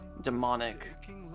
demonic